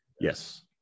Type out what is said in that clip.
Yes